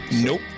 Nope